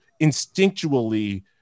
instinctually